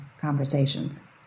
conversations